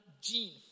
gene